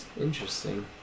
Interesting